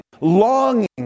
longing